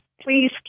Please